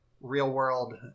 real-world